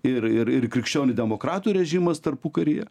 ir ir ir krikščionių demokratų režimas tarpukaryje